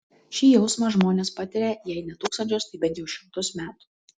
šį jausmą žmonės patiria jei ne tūkstančius tai bent jau šimtus metų